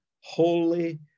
holy